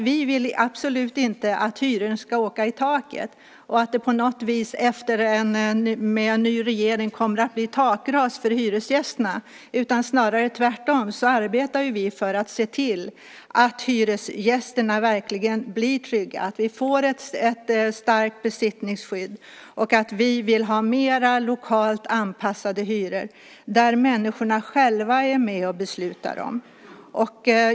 Vi vill absolut inte att hyrorna ska åka i taket och att det ska bli ett takras för hyresgästerna med en ny regering. Tvärtom arbetar vi för att se till hyresgästerna verkligen blir trygga och att vi får ett starkt besittningsskydd. Vi vill ha mer lokalt anpassade hyror som människorna själva är med och beslutar om.